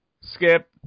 Skip